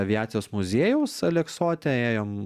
aviacijos muziejaus aleksote ėjom